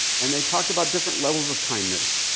and they talked about different levels of kindness.